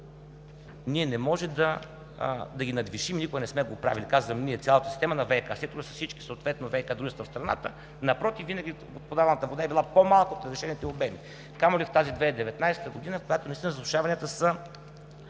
Ние не можем да ги надвишим и никога не сме го правили. Казвам „ние“ – цялата система на ВиК сектора, съответно с всички ВиК дружества в страната. Напротив, винаги подаваната вода е била по-малко от разрешените обеми, камо ли в тази 2019 г., в която наистина засушаванията са